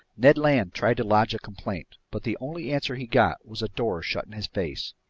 ned land tried to lodge a complaint, but the only answer he got was a door shut in his face.